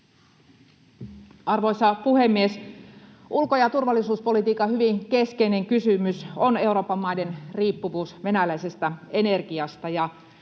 Arvoisa puhemies! Ulko- ja turvallisuuspolitiikassa hyvin keskeinen kysymys on Euroopan maiden riippuvuus venäläisestä energiasta,